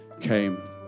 came